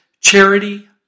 Charity